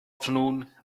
afternoon